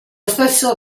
stesso